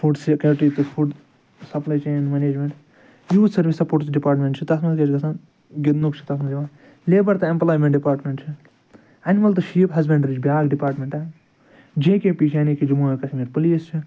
food security تہٕ food supply chain management youth service sports department چھُ تتھ منٛز کیٛاہ چھُ گَژھان گِنٛدنُک چھُ تتھ منٛز یِون لیٚبر تہٕ ایمپُلامٮ۪نٛٹ ڈِپارٹمٮ۪نٛٹ چھِ اینمٕل تہٕ شیٖپ ہسبنٛڈری چھِ بیٛاکھ ڈِپارٹمٮ۪نٛٹا جے کے پی چھِ یعنی کہِ جموں اینٛڈ کشمیٖر پُلیٖس چھُ